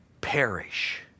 perish